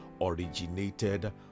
originated